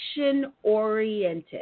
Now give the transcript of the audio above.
Action-oriented